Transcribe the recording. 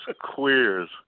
queers